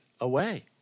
away